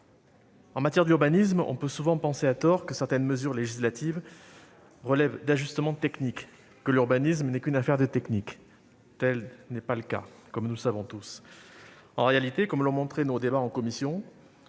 en matière d'urbanisme, on pense souvent, à tort, que certaines mesures législatives relèvent d'ajustements techniques : l'urbanisme ne serait qu'affaire de technique ... Tel n'est pas le cas, comme nous le savons tous. À la vérité, comme les travaux en commission